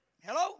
hello